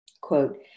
Quote